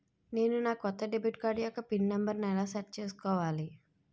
నేను నా కొత్త డెబిట్ కార్డ్ యెక్క పిన్ నెంబర్ని ఎలా సెట్ చేసుకోవాలి?